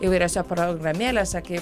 įvairiose programėlėse kaip